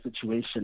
situation